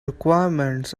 requirements